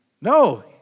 No